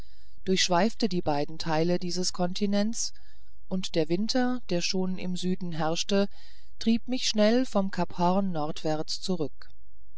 durchschweifte die beiden teile dieses kontinents und der winter der schon im süden herrschte trieb mich schnell vom cap horn nordwärts zurück